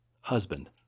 husband